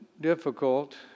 difficult